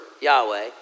Yahweh